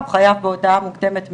הוא חייב בהודעה מוקדמת מראש.